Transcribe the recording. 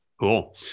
Cool